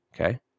okay